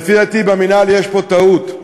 לפי דעתי, במינהל יש טעות,